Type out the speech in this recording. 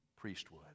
Priesthood